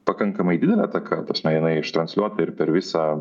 pakankamai didelė ataka ta prasme jinai ištransliuota ir per visą